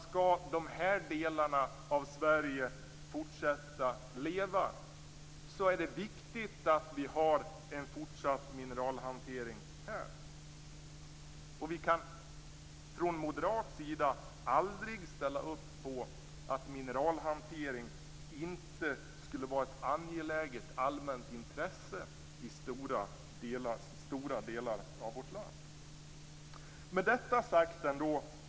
Skall dessa delar av Sverige fortsätta att leva är det viktigt med en fortsatt mineralhantering. Från moderaterna kan vi aldrig ställa upp på att mineralhantering inte skulle vara av ett angeläget allmänt intresse i stora delar av vårt land.